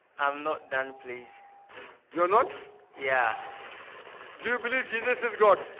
i'm not done please you're not yeah do you believe jesus is god?